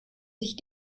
sich